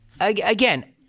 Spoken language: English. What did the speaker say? Again